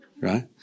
right